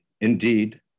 indeed